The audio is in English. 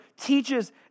teaches